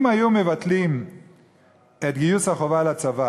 אם היו מבטלים את גיוס החובה לצבא